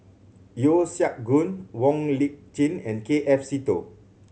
Yeo Siak Goon Wong Lip Chin and K F Seetoh